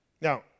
Now